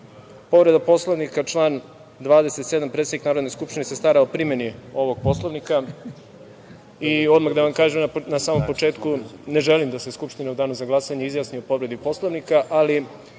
Poslovnika, član 27 – predsednik Narodne skupštine se stara o primeni ovog Poslovnika. Odmah da vam kažem na samom početku da ne želim da se Skupština u danu za glasanje izjasni o povredi Poslovnika. Vi